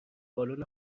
بالن